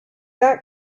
that